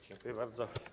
Dziękuję bardzo.